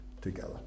together